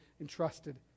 entrusted